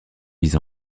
mises